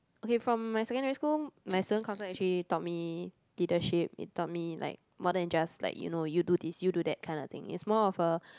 okay from my secondary school my student council actually taught me leadership they taught me like more than just like you know you do this you do that kind of thing it's more of a